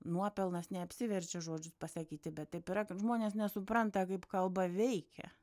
nuopelnas neapsiverčia žodžius pasakyti bet taip yra kad žmonės nesupranta kaip kalba veikia